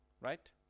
Right